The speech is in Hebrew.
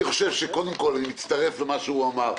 קודם כול אני מצטרף למה שהוא אמר,